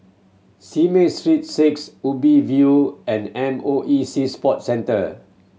Simei Street Six Ubi View and M O E Sea Sports Centre